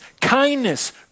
kindness